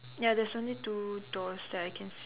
ya there's only two doors that I can see